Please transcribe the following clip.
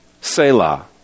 Selah